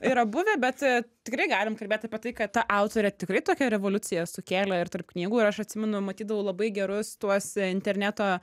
yra buvę bet tikrai galim kalbėt apie tai kad ta autorė tikrai tokią revoliuciją sukėlė ir tarp knygų ir aš atsimenu matydavau labai gerus tuos interneto